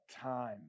time